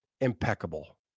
impeccable